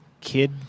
Kid